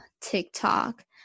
TikTok